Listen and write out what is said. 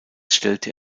stellte